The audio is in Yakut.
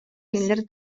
кинилэр